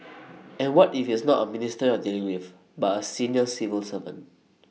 and what if it's not A minister you're dealing with but A senior civil servant